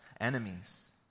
enemies